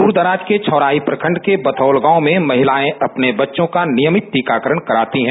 दूरदराज के छौराही प्रखंड के बथौल गांव में महिलाएं अपने बच्चों का नियमित टीकाकरण कराती हैं